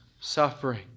suffering